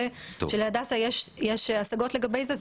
זה שלהדסה יש השגות לגבי זה,